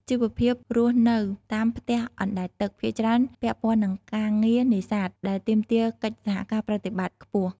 ជីវភាពរស់នៅនៅតាមផ្ទះអណ្ដែតទឹកភាគច្រើនពាក់ព័ន្ធនឹងការងារនេសាទ ដែលទាមទារកិច្ចសហប្រតិបត្តិការខ្ពស់។